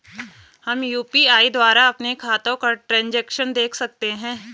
हम यु.पी.आई द्वारा अपने खातों का ट्रैन्ज़ैक्शन देख सकते हैं?